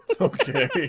Okay